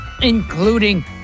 including